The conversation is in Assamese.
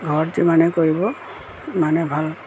ঘৰত যিমানে কৰিব সিমানে ভাল